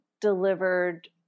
delivered